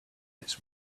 its